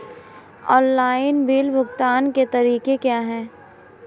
Online bill भुगतान के तरीके क्या हैं?